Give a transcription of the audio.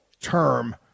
term